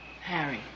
Harry